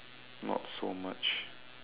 not so much